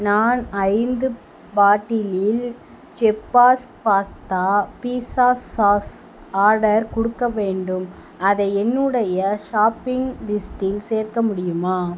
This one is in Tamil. நான் ஐந்து பாட்டிலில் செஃப்பாஸ் பாஸ்தா பீட்ஸா சாஸ் ஆர்டர் குடுக்க வேண்டும் அதை என்னுடைய ஷாப்பிங் லிஸ்டில் சேர்க்க முடியுமா